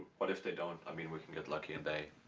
what if they don't? i mean, we can get lucky and they